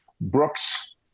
Brooks